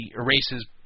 erases